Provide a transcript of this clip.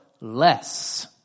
less